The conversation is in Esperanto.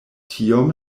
tiom